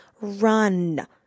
run